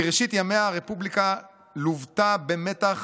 מראשית ימיה הרפובליקה לוותה במתח